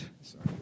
Sorry